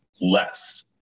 less